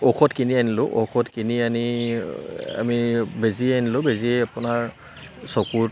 ঔষধ কিনি আনিলোঁ ঔষধ কিনি আনি আমি বেজী আনিলোঁ বেজীয়ে আপোনাৰ চকুত